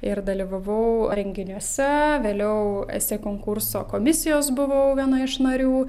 ir dalyvavau renginiuose vėliau esė konkurso komisijos buvau viena iš narių